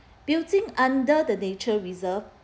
building under the nature reserve